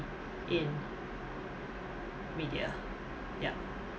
in media yup